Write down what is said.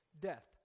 death